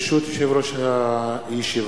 ברשות יושב-ראש הישיבה,